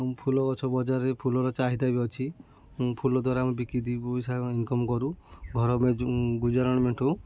ଫୁଲ ଗଛ ବଜାରରେ ଫୁଲର ଚାହିଦା ବି ଅଛି ଫୁଲ ଦ୍ୱାରା ଆମେ ବିକି ଦୁଇ ପଇସା ଇନକମ୍ କରୁ ଘର ଗୁଜାରଣ ମେଣ୍ଟାଉ